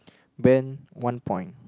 Ben one point